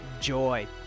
joy